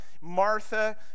Martha